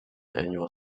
annual